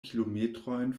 kilometrojn